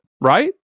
right